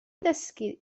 ddysgu